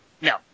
No